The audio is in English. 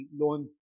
loan